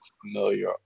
familiar